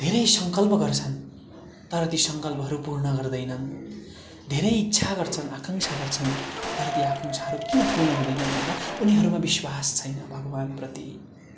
धेरै सङ्कल्प गर्छन् तर ती सङ्कल्पहरू पूर्ण गर्दैनन् धेरै इच्छा गर्छन् आकाङ्क्षा गर्छन् तर ती आकाङ्क्षाहरू किन पूर्ण हुँदैनन् भन्दा उनीहरूमा विश्वास छैन भगवान्प्रति